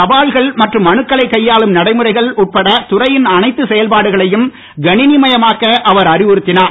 தபால்கள் மற்றும் மனுக்களை கையாளும் நடைமுறைகள் உட்பட துறையின் அனைத்து செயல்பாடுகளையும் கணினி மயமாக்க அவர் அறிவுறுத்தினார்